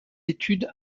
études